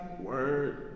Word